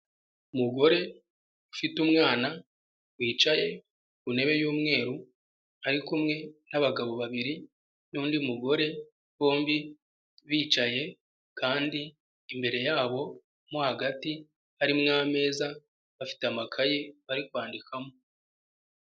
Umugore ufite umwana wicaye ku ntebe y'umweru ari kumwe n'abagabo babiri n'undi mugore, bombi bicaye kandi imbere yabo mo hagati harimo ameza bafite amakayi bari kwandikamo.